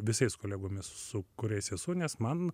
visais kolegomis su kuriais esu nes man